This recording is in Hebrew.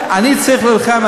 אני צריך להילחם?